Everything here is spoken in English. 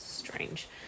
strange